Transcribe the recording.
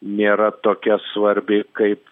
nėra tokia svarbi kaip